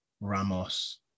Ramos